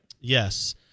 Yes